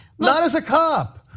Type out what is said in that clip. not as a cop.